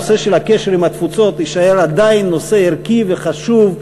הנושא של הקשר עם התפוצות יישאר עדיין נושא ערכי וחשוב,